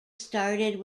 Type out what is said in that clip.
started